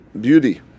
beauty